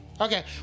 Okay